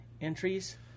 entries